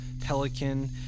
Pelican